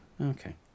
Okay